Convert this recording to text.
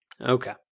Okay